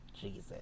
Jesus